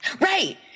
Right